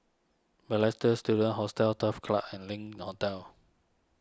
Balestier Student Hostel Turf Club and Link Hotel